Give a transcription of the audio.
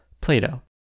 Plato